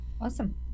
Awesome